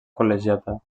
col·legiata